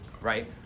right